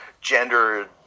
gender